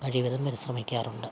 കഴിവതും പരിശ്രമിക്കാറുണ്ട്